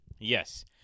yes